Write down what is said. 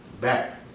back